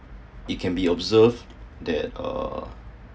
it can be observed that uh